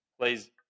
Please